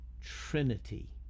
trinity